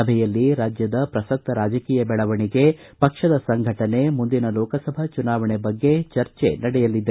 ಸಭೆಯಲ್ಲಿ ರಾಜ್ಯದ ಪ್ರಸಕ್ತ ರಾಜಕೀಯ ಬೆಳವಣಿಗೆ ಪಕ್ಷದ ಸಂಘಟನೆ ಮುಂದಿನ ಲೋಕಸಭಾ ಚುನಾವಣೆ ಬಗ್ಗೆ ಚರ್ಚೆ ನಡೆಯಲಿದೆ